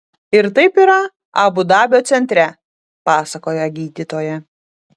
ir taip yra abu dabio centre pasakoja gydytoja